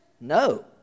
No